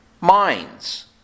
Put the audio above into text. minds